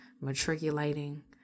matriculating